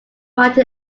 write